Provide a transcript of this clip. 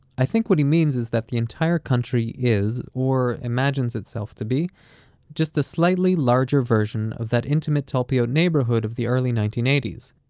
i think what he means is that the entire country is or imagines itself to be just a slightly larger version of that intimate talpiot neighborhood of the early nineteen eighty s.